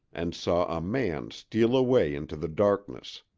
and saw a man steal away into the darkness.